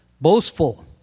boastful